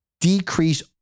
decrease